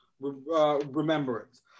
remembrance